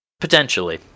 potentially